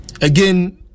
Again